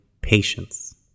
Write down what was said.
patience